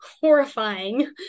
horrifying